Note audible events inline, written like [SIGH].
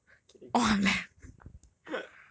[LAUGHS] kidding [LAUGHS]